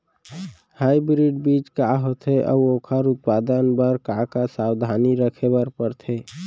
Hybrid बीज का होथे अऊ ओखर उत्पादन बर का का सावधानी रखे बर परथे?